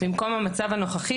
במקום המצב הנוכחי,